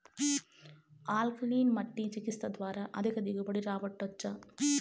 alkaline మట్టి చికిత్స ద్వారా అధిక దిగుబడి రాబట్టొచ్చా